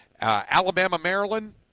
Alabama-Maryland